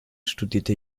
studierte